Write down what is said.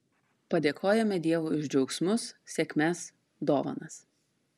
padėkojame dievui už džiaugsmus sėkmes dovanas